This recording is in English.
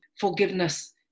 forgiveness